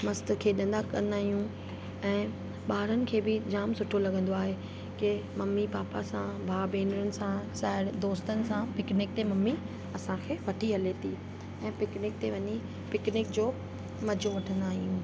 मस्तु खेॾंदा कंदा आहियूं ऐं ॿारनि खे बि जाम सुठो लॻंदो आहे कंहिं मम्मी पापा सां भाउ भेनरुनि सां सां दोस्तनि सां पिकनिक ते मम्मी असांखे वठी हले थी ऐं पिकनिक ते वञी पिकनिक जो मज़ो वठंदा आहियूं